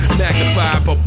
magnified